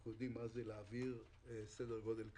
אנחנו יודעים מה זה להעביר סדר גודל כזה.